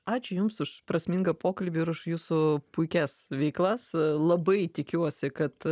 ačiū jums už prasmingą pokalbį ir už jūsų puikias veiklas labai tikiuosi kad